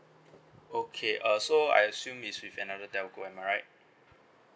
okay uh so I assume it's with another telco am I right